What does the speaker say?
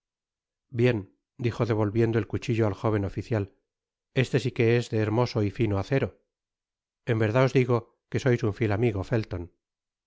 bien dijo devolviendo el cuchillo al jóven oficial este sí que es de hermoso y tino acero en verdad os digo que sois un fiel amigo felton